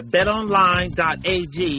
BetOnline.ag